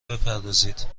بپردازید